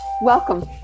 welcome